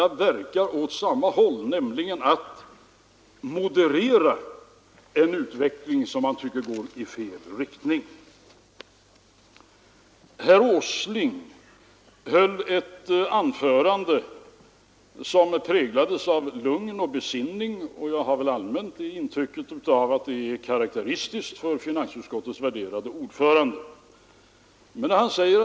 Dessa kommentarer har även repeterats från kammarens talarstol i dag. Uppgörelsen får inte skändas av en osakkunnig och beskäftig kritik från en både — tyvärr — parlamentarisk och kanske ännu mer en oparlamentarisk opinion, som nu sker.